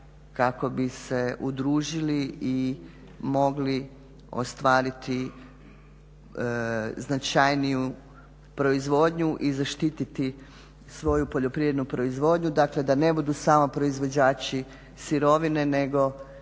kako bi se udružili i mogli ostvariti značajniju proizvodnju i zaštiti svoju poljoprivrednu proizvodnju, dakle da ne budu samo proizvođači sirovine nego